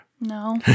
No